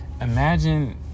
imagine